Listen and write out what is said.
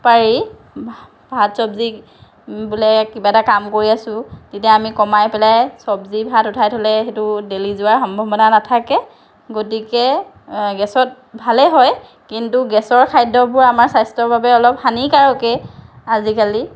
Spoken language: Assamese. পাৰি ভাত ভাত চবজি বোলে কিবা এটা কাম কৰি আছো তেতিয়া আমি কমাই পেলাই চবজি ভাত উঠাই থলে সেইটো দেই যোৱাৰ সম্ভাৱনা নাথাকে গতিকে গেছত ভালেই হয় কিন্তু গেছৰ খাদ্যবোৰ আমাৰ স্বাস্থ্যৰ বাবে অলপ হানিকাৰকেই আজিকালি